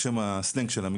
שם הסלנג שלה,